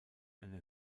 eine